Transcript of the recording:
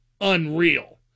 unreal